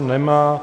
Nemá.